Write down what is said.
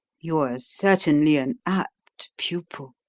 you're certainly an apt pupil,